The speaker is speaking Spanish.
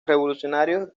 revolucionarios